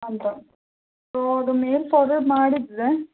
ಅಂತ ಸೊ ಅದು mail forward ಮಾಡಿದರೆ